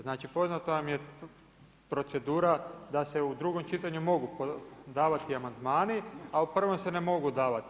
Znači poznata vam je procedura da se u drugom čitanju mogu davati amandmani a u prvom se ne mogu davati.